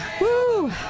Woo